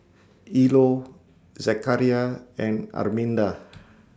Ilo Zechariah and Arminda